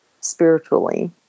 spiritually